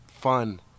fun